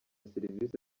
serivisi